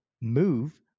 move